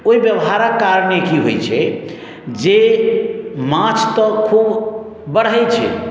ओहि व्यवहारक कारणे की होइत छै जे माछ तऽ खूब बढ़ैत छै